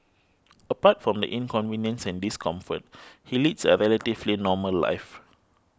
apart from the inconvenience and discomfort he leads a relatively normal life